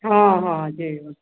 हँ हँ जी